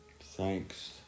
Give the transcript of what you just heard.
Thanks